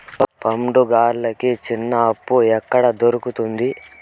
పండుగలకి చిన్న అప్పు ఎక్కడ దొరుకుతుంది